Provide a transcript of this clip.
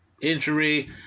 injury